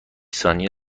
ثانیه